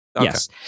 yes